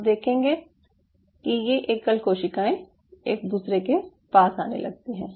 आप देखेंगे कि ये एकल कोशिकाएं एक दूसरे के पास आने लगती हैं